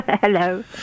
Hello